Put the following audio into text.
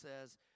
says